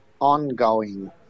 ongoing